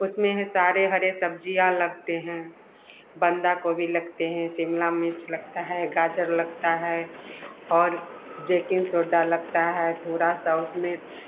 उसमें हैं सारे हरे सब्जियाँ लगते हैं बंदा गोभी लगते हैं शिमला मिर्च लगता है गाजर लगता है और जेकिंग सोड्डा लगता है थोड़ा सा उसमें